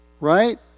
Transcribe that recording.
Right